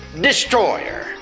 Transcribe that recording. destroyer